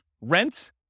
rent